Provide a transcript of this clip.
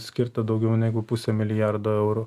skirta daugiau negu pusė milijardo eurų